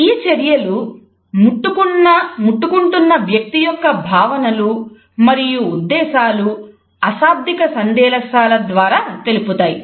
ఈ చర్యలు ముట్టుకుంటున్న వ్యక్తి యొక్క భావనలు మరియు ఉద్దేశాలు అశాబ్దిక సందేశాల ద్వారా తెలుపుతాయి